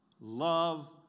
love